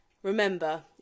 Remember